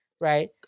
Right